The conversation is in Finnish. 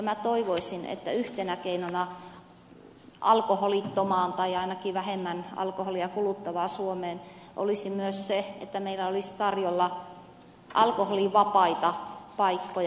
minä toivoisin että yhtenä keinona alkoholittomaan tai ainakin vähemmän alkoholia kuluttavaan suomeen olisi myös se että meillä olisi tarjolla alkoholivapaita paikkoja